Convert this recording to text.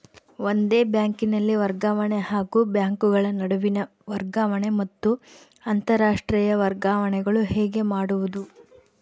ಒಂದೇ ಬ್ಯಾಂಕಿನಲ್ಲಿ ವರ್ಗಾವಣೆ ಹಾಗೂ ಬ್ಯಾಂಕುಗಳ ನಡುವಿನ ವರ್ಗಾವಣೆ ಮತ್ತು ಅಂತರಾಷ್ಟೇಯ ವರ್ಗಾವಣೆಗಳು ಹೇಗೆ ಮಾಡುವುದು?